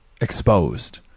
Exposed